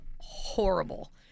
horrible